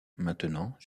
maintenant